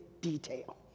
detail